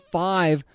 five